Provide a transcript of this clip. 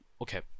okay